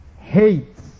hates